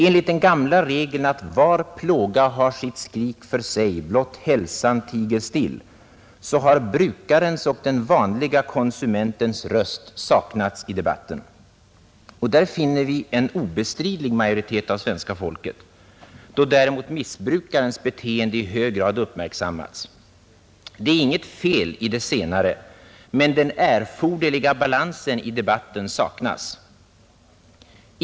Enligt den gamla regeln att ”var plåga har sitt skrik för sig, blott hälsan tiger still” så har brukarens och den vanliga konsumentens röst saknats i debatten — och där finner vi en obestridlig majoritet av svenska folket — då däremot missbrukarens beteende i hög grad uppmärksammats. Det är inget fel i det senare, men den erforderliga balansen i debatten saknas.